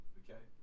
okay